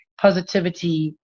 positivity